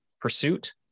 pursuit